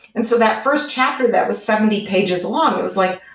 and so that first chapter that was seventy pages long, it was like,